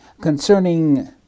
Concerning